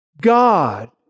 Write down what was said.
God